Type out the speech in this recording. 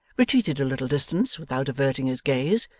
retreated a little distance without averting his gaze,